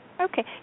Okay